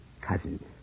cousin